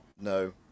no